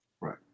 Right